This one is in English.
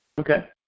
Okay